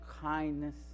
kindness